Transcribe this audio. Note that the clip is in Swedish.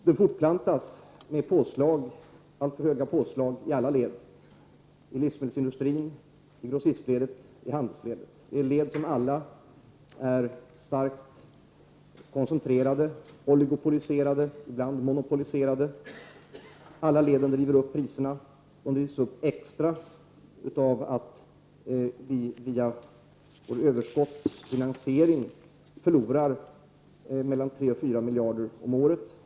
Det fortplantas med alltför höga påslag i alla led, i livsmedelsindustrin, i grossistledet och i handelsledet. Det är led som alla är starkt koncentrerade, oligopoliserade, ibland monopoliserade. Alla leden driver upp priserna. De drivs upp extra mycket på grund av att vi genom finansieringen av överskottet förlorar 3-4 miljarder om året.